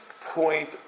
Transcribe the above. point